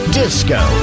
disco